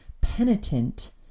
penitent